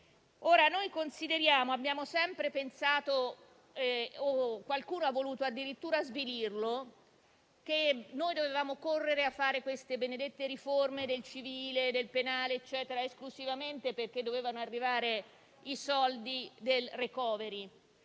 si è mossi. Noi abbiamo sempre pensato - qualcuno ha voluto addirittura svilirlo - che dovevamo correre a fare le benedette riforme del civile e del penale esclusivamente perché dovevano arrivare i soldi del *recovery*